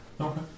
Okay